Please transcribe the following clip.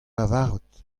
lavaret